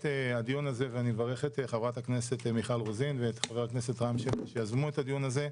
אז אני מברך את חברי הכנסת מיכל רוזין ורם שפע שיזמו את הדיון הזה.